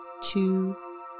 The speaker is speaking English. two